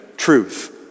truth